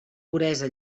puresa